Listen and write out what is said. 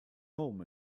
home